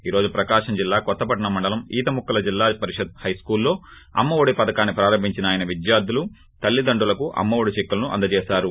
ఈ రోజు ప్రకాశం జిల్లా కొత్తపట్నం మండలం ఈతముక్కల జిల్లా పరిషత్ హైస్కూల్లో అమ్మేఒడి పథకాన్ని ప్రారంభించిన ఆయన విద్యార్థుల తల్లులకు అమ్మ ఒడి చెక్కులను అందజేశారు